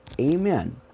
Amen